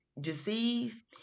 disease